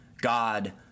God